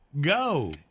go